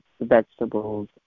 vegetables